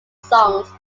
songs